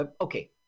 okay